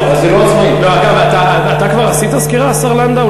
אתה כבר עשית סקירה, השר לנדאו?